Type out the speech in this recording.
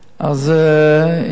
אם כן,